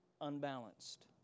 unbalanced